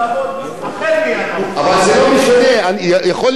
יכול להיות שהחוק, מה שאתם קיבלתם, ב-1995,